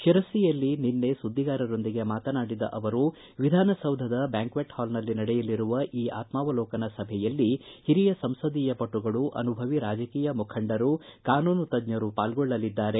ಶಿರಸಿಯಲ್ಲಿ ನಿನ್ನೆ ಸುದ್ದಿಗಾರರೊಂದಿಗೆ ಮಾತನಾಡಿದ ಅವರು ವಿಧಾನಸೌಧದ ಬ್ಯಾಂಕ್ಷೇಟ್ ಹಾಲ್ನಲ್ಲಿ ನಡೆಯಲಿರುವ ಈ ಆತ್ಮಾವಲೋಕನ ಸಭೆಯಲ್ಲಿ ಹಿರಿಯ ಸಂಸದೀಯ ಪಟುಗಳು ಅನುಭವಿ ರಾಜಕೀಯ ಮುಖಂಡರು ಕಾನೂನು ತಜ್ಜರು ಪಾಲ್ಗೊಳ್ಳಲಿದ್ದಾರೆ